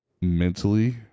mentally